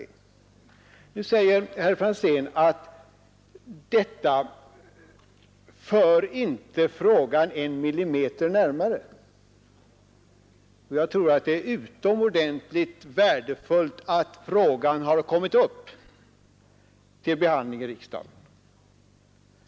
Sedan sade herr Franzén att vad som här föreslås inte gör att vi kommer en millimeter närmare frågans lösning, men jag tycker att det är utomordentligt värdefullt att frågan har kommit upp till behandling i riksdagen.